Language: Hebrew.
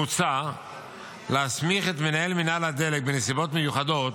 מוצע להסמיך את מנהל מינהל הדלק, בנסיבות מיוחדות,